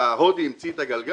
וההודי המציא את הגלגל?